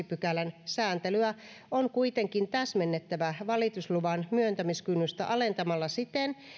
pykälän sääntelyä on kuitenkin täsmennettävä valitusluvan myöntämiskynnystä alentamalla siten